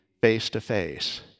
face-to-face